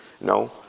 No